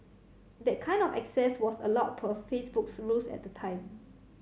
that kind of access was allowed per Facebook's rules at the time